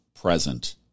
present